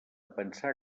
pensar